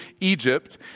Egypt